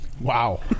Wow